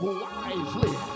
wisely